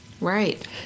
Right